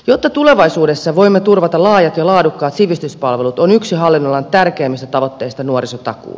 jotta tulevaisuudessa voimme turvata laajat ja laadukkaat sivistyspalvelut on yksi hallinnonalan tärkeimmistä tavoitteista nuorisotakuu